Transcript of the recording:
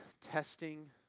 testing